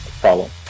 problem